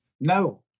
No